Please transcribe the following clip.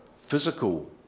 physical